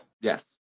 Yes